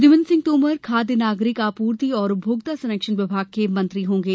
प्रद्यूमन सिंह तोमर खाद्य नागरिक आपूर्ति एवं उपभोक्ता संरक्षण विभाग के मंत्री होंगे